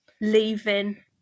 leaving